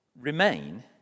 remain